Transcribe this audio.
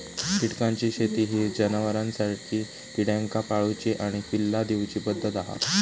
कीटकांची शेती ही जनावरांसारखी किड्यांका पाळूची आणि पिल्ला दिवची पद्धत आसा